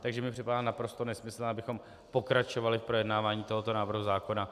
Takže mi připadá naprosto nesmyslné, abychom pokračovali v projednávání tohoto návrhu zákona.